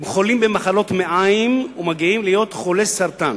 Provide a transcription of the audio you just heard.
הם חולים במחלות מעיים ומגיעים להיות חולי סרטן.